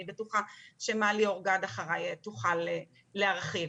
אני בטוחה שמלי אורגד אחריי תוכל להרחיב.